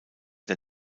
der